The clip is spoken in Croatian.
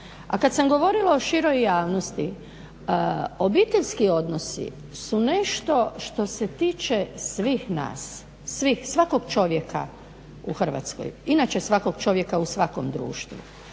A kad sam govorila o široj javnosti obiteljski odnosi su nešto što se tiče svih nas, svakog čovjeka u Hrvatskoj, inače svakog čovjeka u svakom društvu.